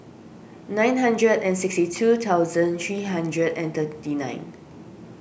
nine hundred and sixty two thousand three hundred and thirty nine